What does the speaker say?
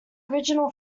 original